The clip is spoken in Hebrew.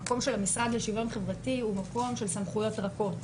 המקום של המשרד לשוויון חברתי הוא מקום של סמכויות רכות,